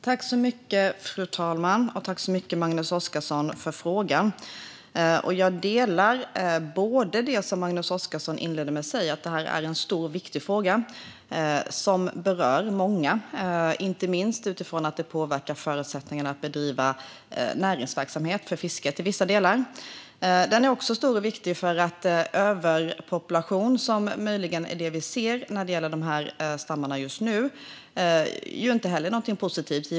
Fru talman! Tack så mycket, Magnus Oscarsson, för frågan! Jag instämmer i det som Magnus Oscarsson inledde med att säga - att det här är en stor och viktig fråga som berör många, inte minst utifrån att det påverkar förutsättningarna att bedriva näringsverksamhet för fisket i vissa delar. Frågan är också stor och viktig därför att överpopulation, som man möjligen ser i de här stammarna just nu, inte heller är något positivt.